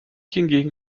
hingegen